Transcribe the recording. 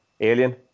Alien